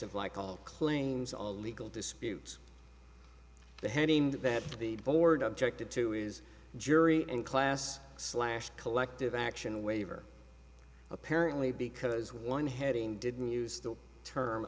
e like all claims all legal disputes the haneen that the board objected to is jury and class slash collective action waiver apparently because one heading didn't use the term